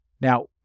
Now